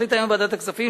החליטה היום ועדת הכספים,